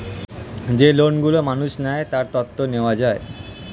যেই লোন গুলো মানুষ নেয়, তার তথ্য নেওয়া যায়